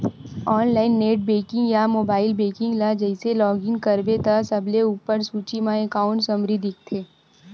online net banking या mobile banking ल जइसे लॉग इन करबे त सबले उप्पर सूची म एकांउट समरी दिखथे